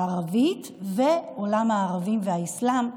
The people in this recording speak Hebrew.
הערבית ועולם הערבים והאסלאם,